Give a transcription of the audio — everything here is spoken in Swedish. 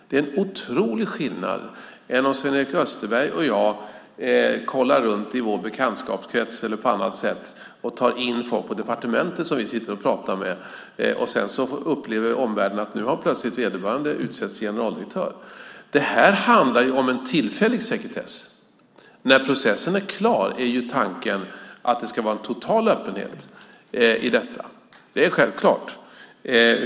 Det är en otrolig skillnad mot att Sven-Erik Österberg och jag kollar runt i vår bekantskapskrets eller på annat sätt tar in folk på departementet som vi sitter och pratar med och som omvärlden sedan upplever plötsligt har blivit utsedda till generaldirektörer. Det handlar om en tillfällig sekretess. När processen är klar är tanken att det ska vara total öppenhet i detta. Det är självklart.